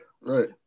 right